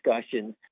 discussions